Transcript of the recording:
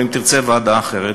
או אם תרצה בוועדה אחרת,